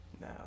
No